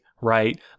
right